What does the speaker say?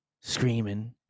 screaming